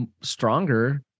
stronger